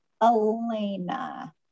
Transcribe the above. Elena